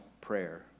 prayer